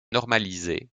normalisé